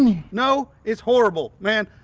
no, it's horrible man,